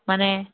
মানে